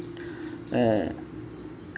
ᱮᱜ